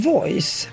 Voice